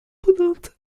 abondante